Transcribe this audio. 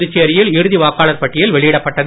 புதுச்சேரியில் இறுதி வாக்காளர் பட்டியல் வெளியிடப்பட்டது